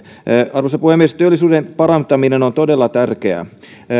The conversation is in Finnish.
arvoisa puhemies työllisyyden parantaminen on todella tärkeää